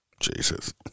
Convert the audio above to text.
Jesus